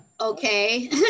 Okay